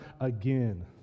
again